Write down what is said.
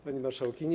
Pani Marszałkini!